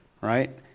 right